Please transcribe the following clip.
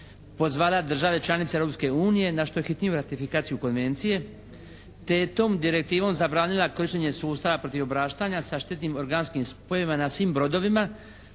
pozvala države članice Europske unije na što hitniju ratifikaciju konvencije te je tom direktivom zabranila kršenje sustava protiv obraštanja sa štetnim organskim spojevima na svim brodovima